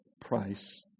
price